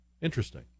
Interesting